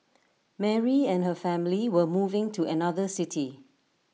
Mary and her family were moving to another city